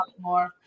more